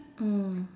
mm